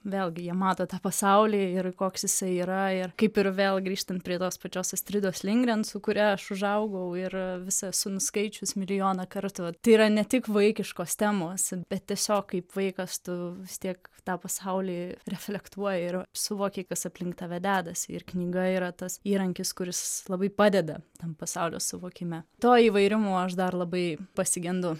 vėlgi jie mato tą pasaulį ir koks jisai yra ir kaip ir vėl grįžtant prie tos pačios astridos lindgren su kuria aš užaugau ir visą esu nuskaičius milijoną kartų tai yra ne tik vaikiškos temos bet tiesiog kaip vaikas tu vis tiek tą pasaulį reflektuoji ir suvoki kas aplink tave dedasi ir knyga yra tas įrankis kuris labai padeda tam pasaulio suvokime to įvairumo aš dar labai pasigendu